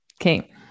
Okay